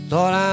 Lord